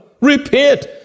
Repent